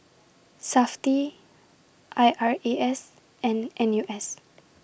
Safti I R A S and N U S